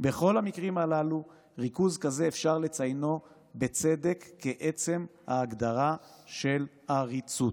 "'בכל המקרים האלה ריכוז כזה אפשר לציינו בצדק כעצם ההגדרה של עריצות'.